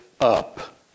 up